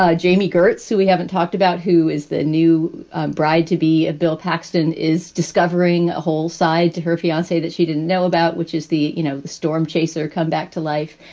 ah jami gertz, who we haven't talked about, who is the new bride to be a bill paxton, is discovering a whole side to her fiancee that she didn't know about, which is the, you know, the storm chaser come back to life.